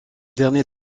dernier